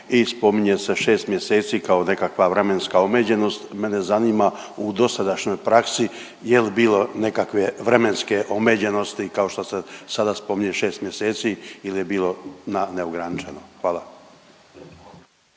spominje se 6 mjeseci kao nekakva vremenska omeđenost. Mene zanima u dosadašnjoj praksi jel bilo nekakve vremenske omeđenosti kao što se sada spominje 6 mjeseci ili je bilo na neograničeno? Hvala.